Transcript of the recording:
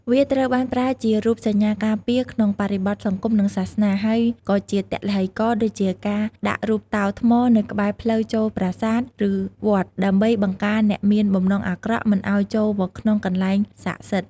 វាត្រូវបានប្រើជារូបសញ្ញាការពារក្នុងបរិបទសង្គម និងសាសនា ហើយក៏ជាទឡ្ហិករណ៍ដូចជាការដាក់រូបតោថ្មនៅក្បែរផ្លូវចូលប្រាសាទ ឬវត្ត ដើម្បីបង្ការអ្នកមានបំណងអាក្រក់ មិនឲ្យចូលមកក្នុងកន្លែងសក្តិសិទ្ធិ។